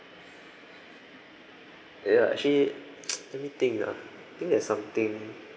ya actually let me think ah I think there's something